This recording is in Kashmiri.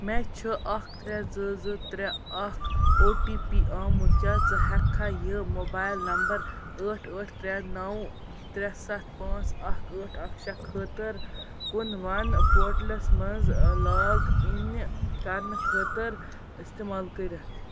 مےٚ چھُ اَکھ ترٛےٚ زٕ زٕ ترٛےٚ اَکھ او ٹی پی آمُت کیٛاہ ژٕ ہٮ۪ککھا یہِ موبایِل نمبر ٲٹھ ٲٹھ ترٛےٚ نَو ترٛےٚ سَتھ پانٛژھ اَکھ ٲٹھ اَکھ شےٚ خٲطٕر کُن وَن پوٹلَس منٛز لاگ اِنہِ کرنہٕ خٲطٕر استعمال کٔرِتھ